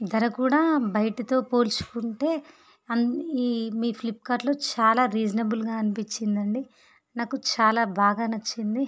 ధర కూడా బయటతో పోల్చుకుంటే అన్ని మీ ఫ్లిప్కార్ట్లో చాలా రీజనబుల్గా అనిపించిందండి నాకు చాలా బాగా నచ్చింది